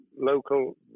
local